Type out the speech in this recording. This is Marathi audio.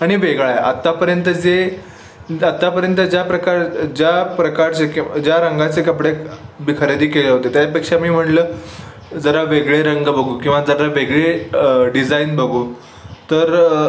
आणि वेगळा आहे आत्तापर्यंत जे आत्तापर्यंत ज्या प्रकार ज्या प्रकारचे की ज्या रंगाचे कपडे मी खरेदी केले होते त्यापेक्षा मी म्हटलं जरा वेगळे रंग बघू किंवा जरा वेगळे डिझाईन बघू तर